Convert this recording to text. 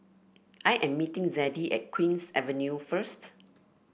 I am meeting Zadie at Queen's Avenue first